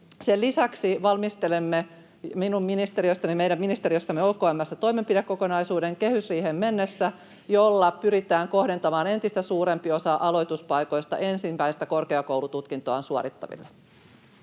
Sen lisäksi valmistelemme meidän ministeriössämme OKM:ssä kehysriiheen mennessä toimenpidekokonaisuuden, jolla pyritään kohdentamaan entistä suurempi osa aloituspaikoista ensimmäistä korkeakoulututkintoaan suorittaville.